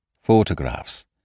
photographs